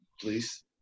please